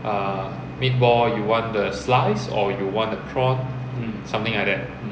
err meatball you want the slice or you want the prawn something like that